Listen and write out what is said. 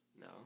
No